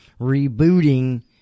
rebooting